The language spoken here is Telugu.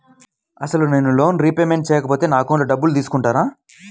అసలు నేనూ లోన్ రిపేమెంట్ చేయకపోతే నా అకౌంట్లో డబ్బులు తీసుకుంటారా?